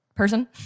person